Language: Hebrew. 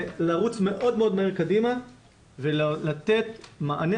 זה לרוץ מאוד מהר קדימה ולתת מענה